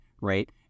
right